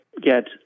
get